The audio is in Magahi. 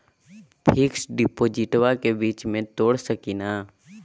फिक्स डिपोजिटबा के बीच में तोड़ सकी ना?